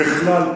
ככלל,